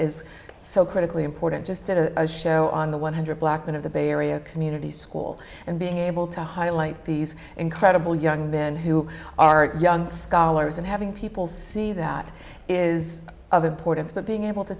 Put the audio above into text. is so critically important just a show on the one hundred black men of the bay area community school and being able to highlight these incredible young men who are young scholars and having people see that is of importance but being able to